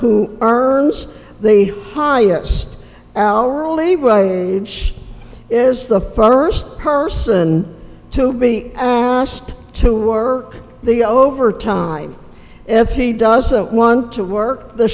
who earns the highest hourly wage is the first person to be asked to work the over time if he doesn't want to work the